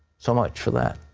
so much for that.